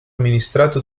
amministrato